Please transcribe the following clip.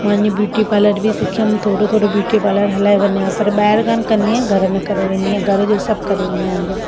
मां नी beauty parlour बि सिखियमि थोरो थोरो ब्यूटी पार्लर बि हलाइ वञा पर ॿाहिरि कोन्ह कंदी आहियां घर में करे वेंदी आहियां घर जो सभु करे वञा अंदरु